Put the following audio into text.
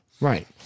Right